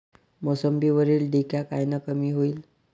मोसंबीवरील डिक्या कायनं कमी होईल?